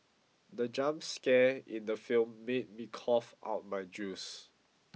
the jump scare in the film made me cough out my juice